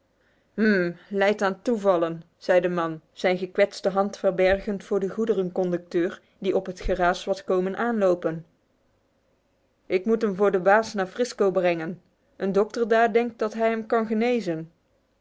hm lijdt aan toevallen zei de man zijn gekwetste hand verbergend voor den goederenconducteur die op het geraas was komen aanlopen ik moet hem voor den baas naar rancisco brengen een dokter daar denkt dat hij hem kan genezen